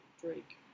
Drake